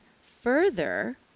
further